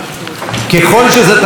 ככל שזה תלוי בי,